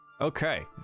Okay